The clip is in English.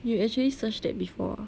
you actually searched that before